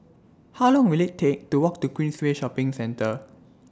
How Long Will IT Take to Walk to Queensway Shopping Centre